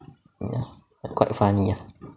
ya quite funny ah